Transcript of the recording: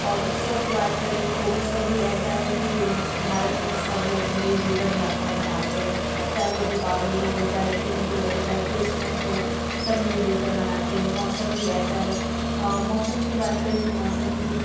और उत्सव की बात करें तो उत्सव ही ऐसा है कि भारत में सब लोग मिलजुल कर मनाते हैं चाहे वो दीपावली हो चाहे ईद हो चाहे क्रिसमस हो सब मिलजुल कर मनाते हैं मौसम भी ऐसा है मौसम की बात करें तो मौसम भी